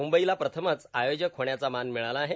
मुंबईला प्रथमच आयोजक होण्याचा मान मिळाला आहे